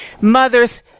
Mothers